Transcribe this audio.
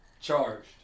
charged